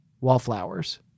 Wallflowers